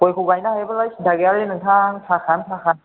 गयखौ गायनो हायोबालाय सिन्था गैयालै नोंथां थाखायानो थाखा